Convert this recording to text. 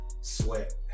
sweat